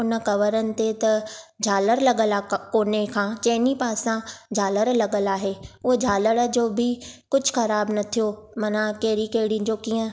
हुन कवरनि ते त झालर त लॻियल आहे कप कोने खां चइनी पासां झालर लॻियल आहे उहो झालर जो बि कुझु ख़राबु न थियो माना कहिड़ियुनि कहिड़ियुनि जो कीअं